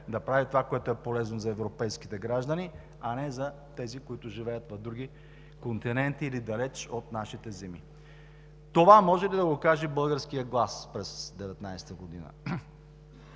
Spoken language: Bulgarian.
да прави това, което е полезно за европейските граждани, а не за тези, които живеят в други континенти или далеч от нашите земи. Това може ли да го каже българският глас през 2019 г.?